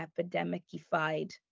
epidemicified